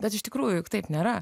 bet iš tikrųjų juk taip nėra